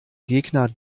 gegner